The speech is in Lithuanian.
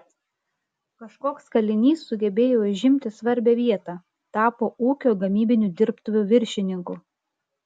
kažkoks kalinys sugebėjo užimti svarbią vietą tapo ūkio gamybinių dirbtuvių viršininku